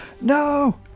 no